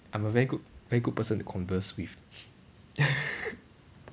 I'm a very good very good person to converse with